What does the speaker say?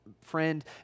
friend